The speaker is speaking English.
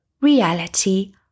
Reality